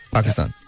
Pakistan